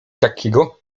takiego